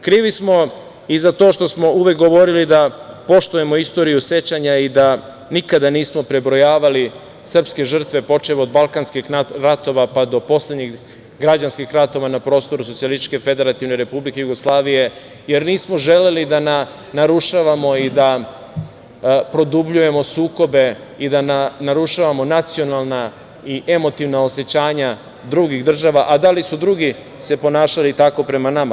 Krvi smo i za to što smo uvek govorili da poštujemo istoriju sećanja i da nikada nismo prebrojavali srpske žrtve, počev od balkanskih ratova, pa do poslednjih građanskih ratova na prostoru SFRJ, jer nismo želeli da narušavamo i da produbljujemo sukobe i da narušavamo nacionalna i emotivna osećanja drugih država, a da li su drugi se ponašali tako prema nama?